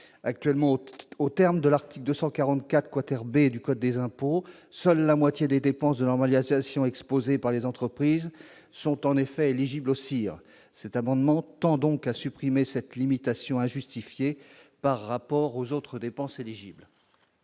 Actuellement, aux termes de l'article 244 B du code général des impôts, seule la moitié des dépenses de normalisation exposées par les entreprises sont éligibles au CIR. Le présent amendement tend donc à supprimer cette limitation injustifiée par rapport aux autres dépenses éligibles.